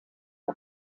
der